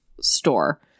store